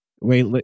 Wait